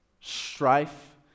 strife